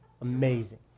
amazing